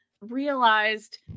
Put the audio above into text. realized